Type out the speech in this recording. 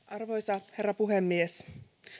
arvoisa herra puhemies